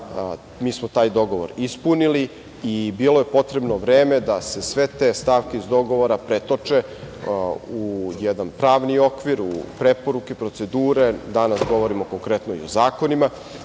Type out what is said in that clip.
Mi smo taj dogovor ispunili i bilo je potrebno vreme da se sve te stavke iz dogovora pretoče u jedan pravni okvir, u preporuke i procedure, danas govorimo konkretno i o zakonima,